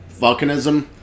volcanism